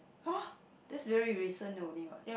!huh! that's very recent only what